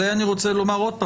זה אני רוצה לומר עוד פעם,